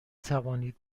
توانید